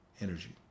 energy